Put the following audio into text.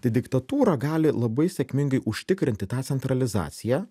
tai diktatūra gali labai sėkmingai užtikrinti tą centralizaciją